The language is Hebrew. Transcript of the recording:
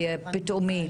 פתאומי.